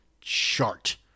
chart